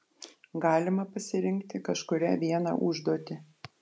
galima pasirinkti kažkurią vieną užduotį